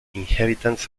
inhabitants